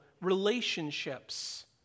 relationships